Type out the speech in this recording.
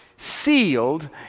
sealed